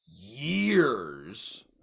years